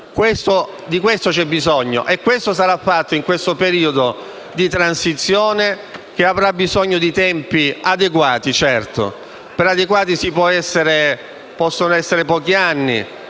Di questo c'è bisogno e questo sarà fatto in questo periodo di transizione, che avrà bisogno di tempi adeguati. Un tempo adeguato può essere di pochi anni,